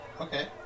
Okay